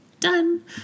done